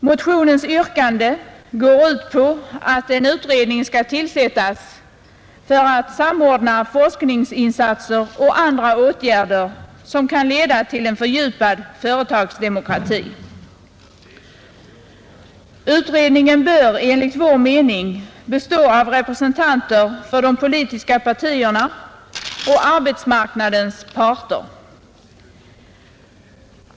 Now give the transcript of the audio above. Motionens yrkande innebär att en utredning skall tillsättas för att samordna forskningsinsatser och andra åtgärder som kan leda till en fördjupad företagsdemokrati. Utredningen bör enligt vår mening bestå av representanter för de politiska partierna och arbetsmarknadens parter.